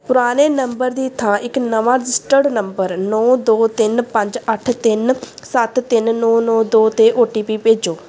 ਪੁਰਾਣੇ ਨੰਬਰ ਦੀ ਥਾਂ ਇੱਕ ਨਵਾਂ ਰਜਿਸਟਰਡ ਨੰਬਰ ਨੌਂ ਦੋ ਤਿੰਨ ਪੰਜ ਅੱਠ ਤਿੰਨ ਸੱਤ ਤਿੰਨ ਨੌਂ ਨੌਂ ਦੋ 'ਤੇ ਓ ਟੀ ਪੀ ਭੇਜੋ